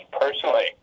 personally